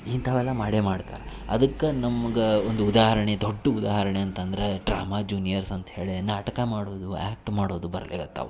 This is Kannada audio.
ಇಂಥವೆಲ್ಲ ಮಾಡೇ ಮಾಡ್ತಾರೆ ಅದಕ್ಕೆ ನಮ್ಗೆ ಒಂದು ಉದಾಹರಣೆ ದೊಡ್ಡ ಉದಾಹರಣೆ ಅಂತಂದ್ರೆ ಡ್ರಾಮಾ ಜೂನಿಯರ್ಸ್ ಅಂತ್ಹೇಳಿ ನಾಟಕ ಮಾಡೋದು ಆ್ಯಕ್ಟ್ ಮಾಡೋದು ಬರಲಿಕತ್ತವ